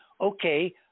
okay